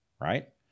right